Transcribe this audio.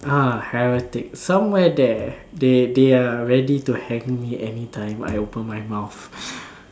ah heretic somewhere there they they are ready to hang me anytime I open my mouth